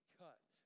cut